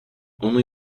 only